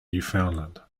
newfoundland